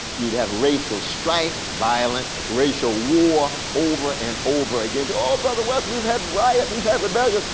you'd have racial strife, violent, racial war, over and over again. oh brother west, we've had riots. we've had rebellions.